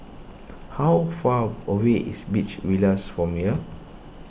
how far away is Beach Villas from here